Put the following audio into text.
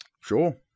Sure